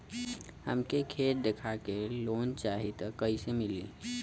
हमके खेत देखा के लोन चाहीत कईसे मिली?